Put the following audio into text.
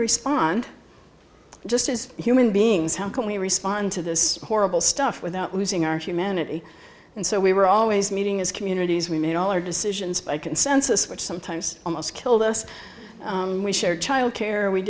respond just as human beings how can we respond to this horrible stuff without losing our humanity and so we were always meeting as communities we made all our decisions by consensus which sometimes almost killed us we shared childcare we